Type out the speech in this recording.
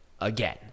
again